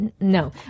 No